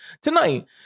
Tonight